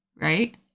right